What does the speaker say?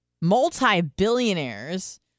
multi-billionaires